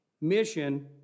mission